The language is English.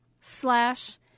slash